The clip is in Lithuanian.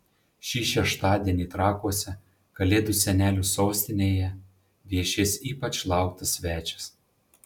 šį šeštadienį trakuose kalėdų senelių sostinėje viešės ypač lauktas svečias